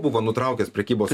buvo nutraukęs prekybos